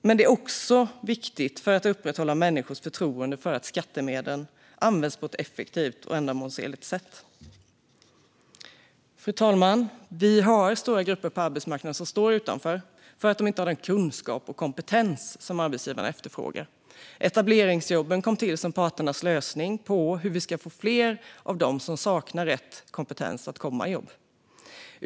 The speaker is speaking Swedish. Detta är också viktigt för att upprätthålla människors förtroende för att skattemedlen används på ett effektivt och ändamålsenligt sätt. Fru talman! Vi har stora grupper på arbetsmarknaden som står utanför för att de inte har den kunskap och kompetens som arbetsgivarna efterfrågar. Etableringsjobben kom till som parternas lösning på hur vi ska få fler av dem som saknar rätt kompetens att komma in i jobb.